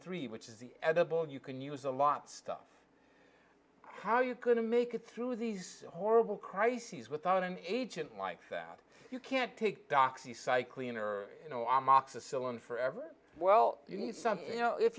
three which is the edible you can use a lot stuff how you couldn't make it through these horrible crises without an agent life that you can't take doxycycline or you know i'm oxus ill and forever well you need something you know if